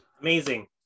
Amazing